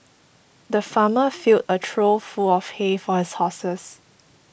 the farmer filled a trough full of hay for his horses